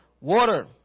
water